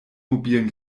mobilen